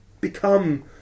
become